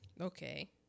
Okay